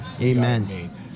Amen